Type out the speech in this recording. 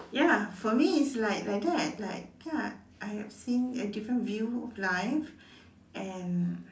ya for me it's like like that like ya I've seen a different view of life and